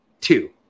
two